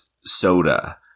soda